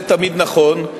זה תמיד נכון,